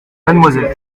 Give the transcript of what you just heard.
mademoiselle